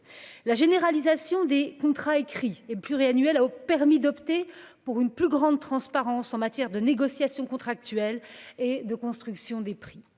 La généralisation des contrats écrits et pluriannuels a permis d'opter pour une plus grande transparence en matière de négociation contractuelle et de construction des prix.